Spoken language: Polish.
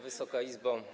Wysoka Izbo!